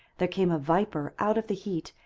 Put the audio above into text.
there came a viper out of the heat,